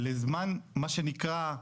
לזמן מה שנקרא,